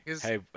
hey